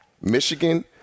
Michigan